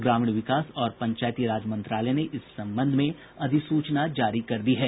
ग्रामीण विकास और पंचायती राज मंत्रालय ने इस संबंध में अधिसूचना जारी कर दी है